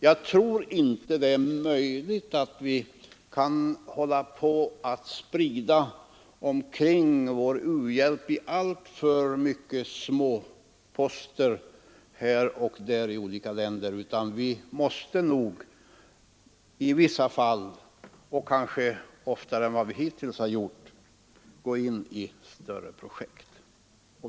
Jag tror inte att det är möjligt för oss att sprida ut vår u-hjälp i alltför många småposter här och var i olika u-länder, utan vi måste nog i vissa fall — kanske oftare än vi hittills gjort — gå in i större projekt.